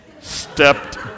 stepped